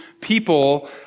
people